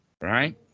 right